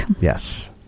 Yes